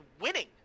winning